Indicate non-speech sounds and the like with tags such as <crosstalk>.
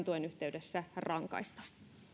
<unintelligible> tuen yhteydessä rankaista